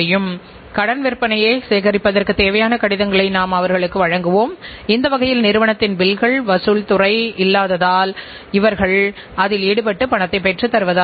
உழைப்பு செறிந்த தொழில்களில் ஆட்கள் அதிகம் இருக்கின்ற காரணத்தினால் இவ்வகை நிறுவனங்கள் உற்பத்தித் திறனைப் பெருக்க தொழிலாளர் அடிப்படையிலான நடவடிக்கைகள் எடுப்பார்கள்